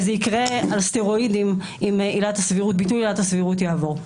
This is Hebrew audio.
וזה יקרה על סטרואידים אם ביטול עילת הסבירות יעבור.